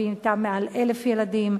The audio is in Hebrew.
ואתן מעל 1,000 ילדים.